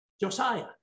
Josiah